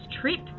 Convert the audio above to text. trip